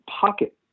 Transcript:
pocket